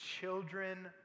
children